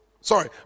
sorry